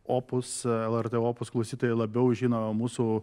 opus lrt opus klausytojai labiau žino mūsų